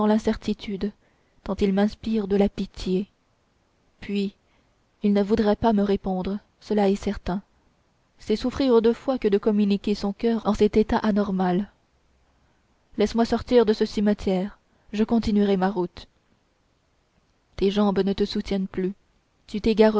l'incertitude tant il m'inspire de la pitié puis il ne voudrait pas me répondre cela est certain c'est souffrir deux fois que de communiquer son coeur en cet état anormal laisse-moi sortir de ce cimetière je continuerai ma route tes jambes ne te soutiennent point tu t'égarerais